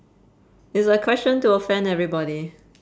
it's a question to offend everybody